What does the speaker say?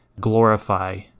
glorify